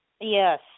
Yes